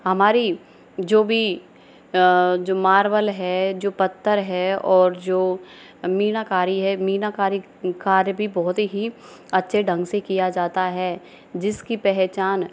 हमारी जो भी जो मार्बल है जो पत्थर है और जो मीनाकारी है मीनाकारी कार्य भी बहुत ही अच्छे ढंग से किया जाता है जिसकी पहचान